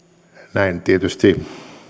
näin tietysti